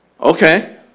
okay